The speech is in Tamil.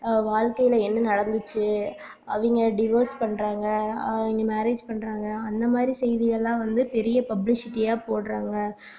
வாழ்க்கையில் என்ன நடந்துச்சு அவங்க டிவோர்ஸ் பண்ணுறாங்க அவங்க மேரேஜ் பண்ணுறாங்க அந்தமாதிரி செய்திகள்லாம் வந்து பெரிய பப்ளிசிட்டியாக போடுறாங்க